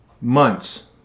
Months